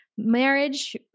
Marriage